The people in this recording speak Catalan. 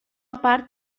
part